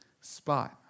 spot